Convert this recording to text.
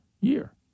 year